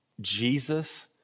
Jesus